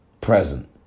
present